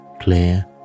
clear